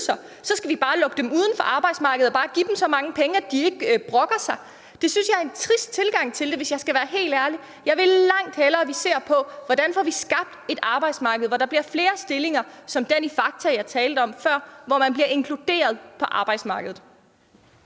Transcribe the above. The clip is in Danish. så skal vi lukke dem ude af arbejdsmarkedet og bare give dem så mange penge, at de ikke brokker sig. Det synes jeg er en trist tilgang til det, hvis jeg skal være helt ærlig. Jeg vil langt hellere have, at vi ser på, hvordan vi får skabt et arbejdsmarked, hvor der bliver flere stillinger som den i Fakta, jeg talte om før, hvor man bliver inkluderet på arbejdsmarkedet.